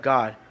God